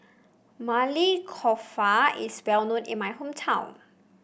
Maili Kofta is well known in my hometown